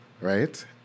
Right